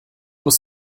muss